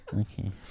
Okay